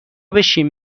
بشین